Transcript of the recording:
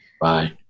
Bye